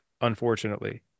unfortunately